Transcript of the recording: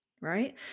right